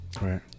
right